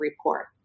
report